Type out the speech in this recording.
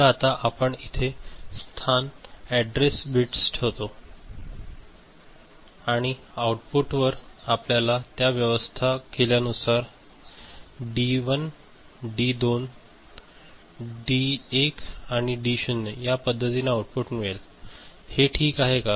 तर आता आपण इथे स्थान अॅड्रेस बिट्स ठेवतो आणि आऊटपुटवर आपल्याला त्याची व्यवस्था केल्यानुसार आपल्याला डी 1 डी 2 डी 1 आणि डी 0 या पद्धतीने आउटपुट मिळेल हे ठीक आहे का